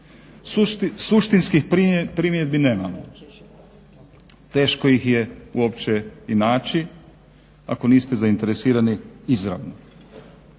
suštinskih primjedbi nemamo. Teško ih je uopće i naći, ako niste zainteresirani izravno.